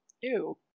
Ew